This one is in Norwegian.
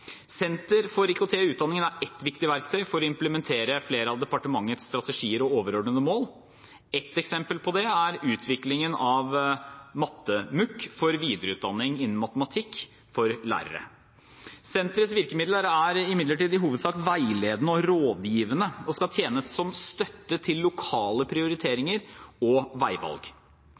Senter for IKT i utdanningen er et viktig verktøy for å implementere flere av departementets strategier og overordnede mål. Et eksempel på det er utviklingen av matte-MOOC – for videreutdanning innen matematikk for lærere. Senterets virkemidler er imidlertid i hovedsak veiledende og rådgivende og skal tjene som støtte til lokale